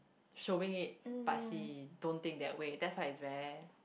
showing it but she don't think that way that's why is rare